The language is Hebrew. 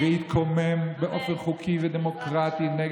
ויתקומם באופן חוקי ודמוקרטי, אמן.